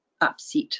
upset